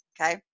okay